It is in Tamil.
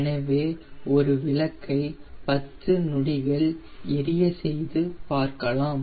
எனவே ஒரு விளக்கை 10 நொடிகள் எரிய செய்து பார்க்கலாம்